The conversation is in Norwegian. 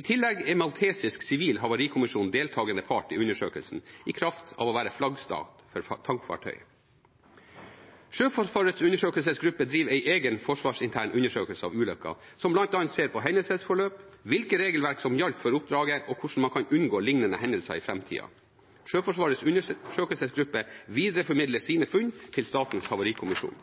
I tillegg er maltesisk sivil havarikommisjon deltakende part i undersøkelsen, i kraft av å være flaggstat for tankfartøyet. Sjøforsvarets undersøkelsesgruppe driver en egen forsvarsintern undersøkelse av ulykken, som bl.a. ser på hendelsesforløp, hvilke regelverk som gjaldt for oppdraget, og hvordan man kan unngå lignende hendelser i framtida. Sjøforsvarets undersøkelsesgruppe videreformidler sine funn til Statens havarikommisjon.